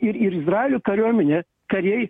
ir ir izraelio kariuomenės kariai